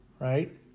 right